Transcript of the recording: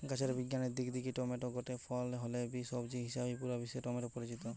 গাছের বিজ্ঞানের দিক দিকি টমেটো গটে ফল হলে বি, সবজি হিসাবেই পুরা বিশ্বে টমেটো পরিচিত